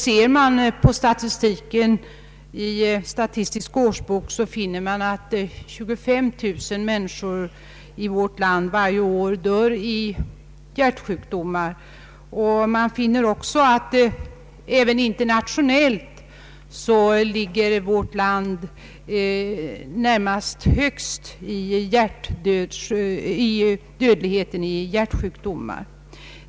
Om man studerar statistiken i Statistisk årsbok finner man att 25 000 människor i vårt land varje år dör i hjärtsjukdomar, och man finner även att internationellt ligger vårt land nästan högst när det gäller dödligheten i hjärtsjukdomar.